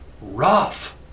rough